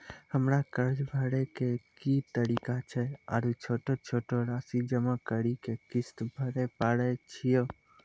हमरा कर्ज भरे के की तरीका छै आरू छोटो छोटो रासि जमा करि के किस्त भरे पारे छियै?